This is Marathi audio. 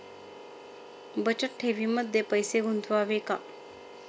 बचत ठेवीमध्ये पैसे गुंतवावे का?